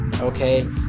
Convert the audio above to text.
okay